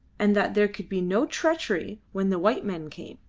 and that there could be no treachery when the white-men came.